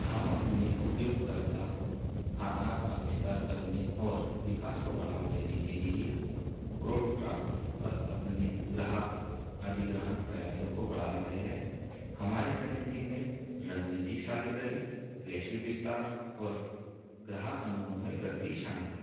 हम अपने उपयोगकर्ता आधार का विस्तार करने ओर विकास को बढ़ावा देने के लिए क्राेडक्राफ्ट पर अपने ग्राहक अधिग्रहण प्रयासों को बढ़ा रहे है हमारी रननीति में रणनीतिक साझेदारी वैश्विक विस्तार और ग्राहक अनुभव में वृद्धि शामिल है